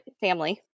family